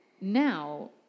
now